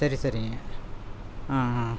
சரி சரிங்க ஆ ஆ